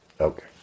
Okay